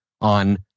on